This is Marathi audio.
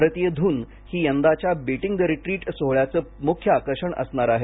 भारतीय धून ही यंदाच्या बीटिंग द रिट्रीट सोहळ्याचं मुख्य आकर्षण असणार आहे